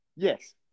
Yes